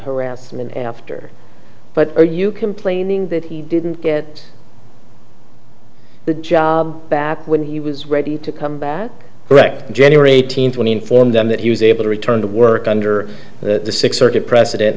harassment after but are you complaining that he didn't get the job back when he was ready to come back wrecked january eighteenth when he informed them that he was able to return to work under the six circuit precedent